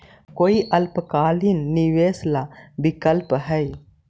कोई अल्पकालिक निवेश ला विकल्प हई?